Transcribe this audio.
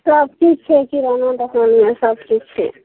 सबकिछु छै किराना दोकानमे सबकिछु छै